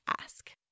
ask